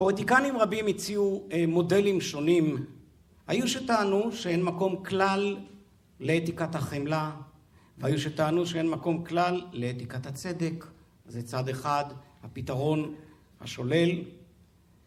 פואטיקנים רבים הציעו מודלים שונים. היו שטענו שאין מקום כלל לאתיקת החמלה, והיו שטענו שאין מקום כלל לאתיקת הצדק. זה צד אחד, הפתרון השולל.